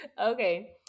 Okay